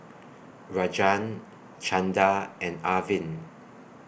Rajan Chanda and Arvind